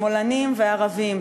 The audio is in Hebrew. שמאלנים וערבים.